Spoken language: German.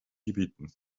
gebieten